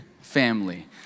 family